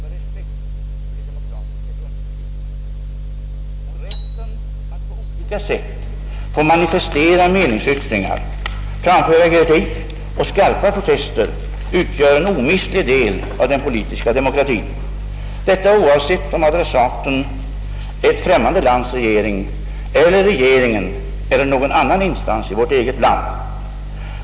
Och rätten att på olika sätt få manifestera meningsyttringar, framföra kritik och skarpa protester utgör en omistlig del av den politiska demokratin, detta oavsett om adressaten är ett främmande lands regering, den egna regeringen eller någon annan instans i vårt land.